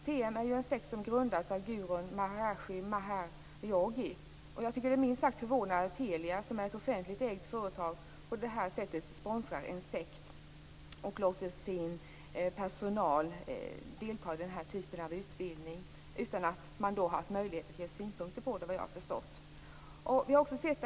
Det var en sekt som grundades av gurun Maharishi Mahesh Yogi. Jag tycker att det är minst sagt förvånande att Telia, ett offentligt ägt företag, på det sättet sponsrar en sekt och låter personalen delta i den typen av utbildning utan att de har haft möjlighet att komma med synpunkter.